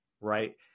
Right